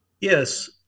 Yes